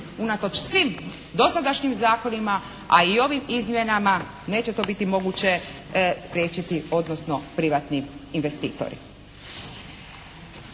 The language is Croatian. unatoč svim dosadašnjim zakonima, a i ovim izmjenama neće to biti moguće spriječiti odnosno privatni investitori.